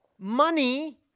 Money